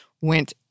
went